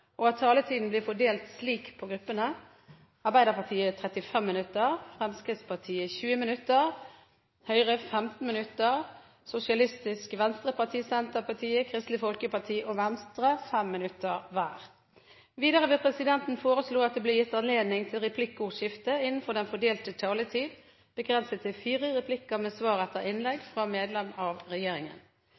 og at taletiden blir fordelt slik på gruppene: Arbeiderpartiet 35 minutter, Fremskrittspartiet 20 minutter, Høyre 15 minutter, Sosialistisk Venstreparti, Senterpartiet, Kristelig Folkeparti og Venstre 5 minutter hver. Videre vil presidenten foreslå at det blir gitt anledning til replikkordskifte begrenset til fire replikker med svar etter innlegg fra medlem av regjeringen